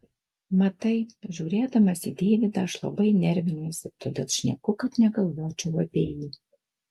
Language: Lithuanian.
matai žiūrėdamas į deividą aš labai nervinuosi todėl šneku kad negalvočiau apie jį